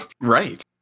right